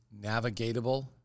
navigatable